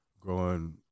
growing –